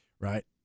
Right